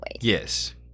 Yes